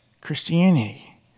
Christianity